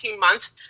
months